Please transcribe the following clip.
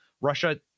Russia